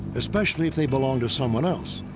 especially if they belong to someone else.